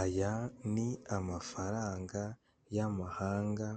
Aya ni amafaranga y'amahanga